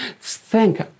Thank